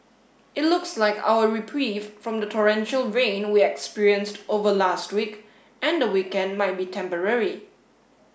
it looks like our reprieve from the torrential rain we experienced over last week and the weekend might be temporary